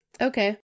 Okay